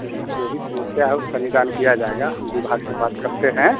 जी जो भी समस्या है उसका निदान किया जाएगा हम विभाग से बात करते हैं